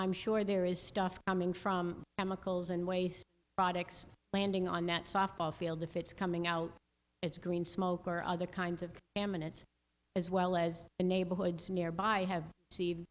i'm sure there is stuff coming from i'm a close and waste products landing on that softball field if it's coming out it's green smoke or other kinds of eminent as well as the neighborhoods nearby have